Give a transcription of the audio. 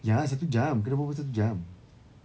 ya satu jam kena berbual satu jam